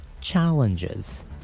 challenges